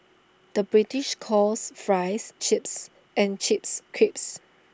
the British calls Fries Chips and Chips Crisps